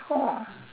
oh